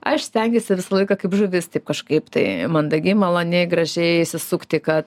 aš stengiuosi visą laiką kaip žuvis taip kažkaip tai mandagiai maloniai gražiai išsisukti kad